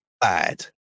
bad